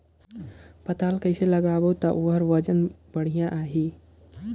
पातल कइसे लगाबो ता ओहार वजन बेडिया आही?